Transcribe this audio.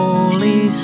Holy